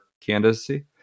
candidacy